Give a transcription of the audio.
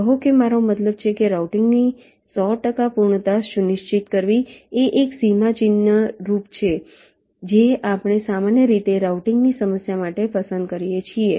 કહો કે મારો મતલબ છે કે રાઉટિંગની સો ટકા પૂર્ણતા સુનિશ્ચિત કરવી એ એક સીમાચિહ્નરૂપ છે જે આપણે સામાન્ય રીતે રાઉટિંગની સમસ્યા માટે પસંદ કરીએ છીએ